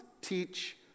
teach